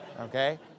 Okay